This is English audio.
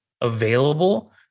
available